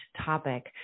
topic